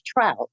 Trout